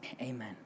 Amen